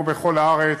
כמו בכל הארץ,